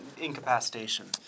incapacitation